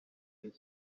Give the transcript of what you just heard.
bize